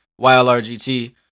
YLRGT